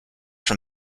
from